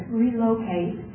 relocate